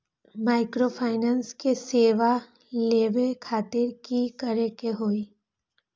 Microfinance के सेवा लेबे खातीर की करे के होई?